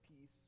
peace